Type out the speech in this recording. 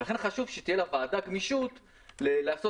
לכן חשוב שתהיה לוועדה גמישות לעשות